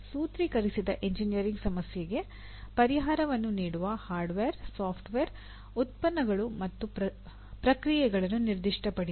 ಸೂತ್ರೀಕರಿಸಿದ engineering ಸಮಸ್ಯೆಗೆ ಪರಿಹಾರವನ್ನು ನೀಡುವ ಹಾರ್ಡ್ವೇರ್ ಸಾಫ್ಟ್ವೇರ್ ಉತ್ಪನ್ನಗಳು ಮತ್ತು ಪ್ರಕ್ರಿಯೆಗಳನ್ನು ನಿರ್ದಿಷ್ಟಪಡಿಸಿ